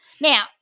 Now